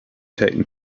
taken